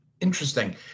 Interesting